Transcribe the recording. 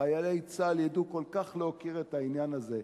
חיילי צה"ל ידעו כל כך להוקיר את העניין הזה.